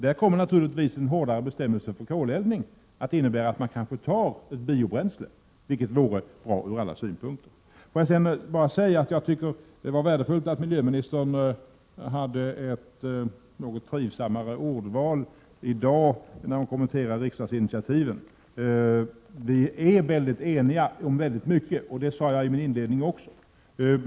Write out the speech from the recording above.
Där kommer en hårdare bestämmelse för koleldning naturligtvis att innebära att man kanske väljer ett biobränsle, vilket vore bra ur alla synpunkter. Får jag slutligen bara säga att jag anser det vara värdefullt att miljöministern när hon i dag kommenterade riksdagsinitiativen hade ett något trivsammare ordval än tidigare. Vi är eniga om väldigt mycket, vilket jag också framhöll i mitt inledningsanförande.